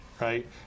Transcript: right